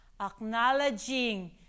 Acknowledging